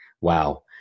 wow